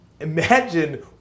imagine